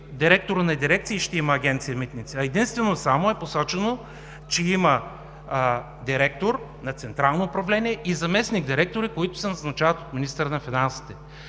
директори на дирекции ще има Агенция „Митници“, а единствено и само е посочено, че има директор на Централно управление и заместник-директори, които се назначават от министъра на финансите.